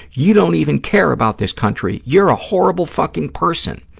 you don't even care about this country, you're a horrible fucking person.